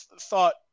thought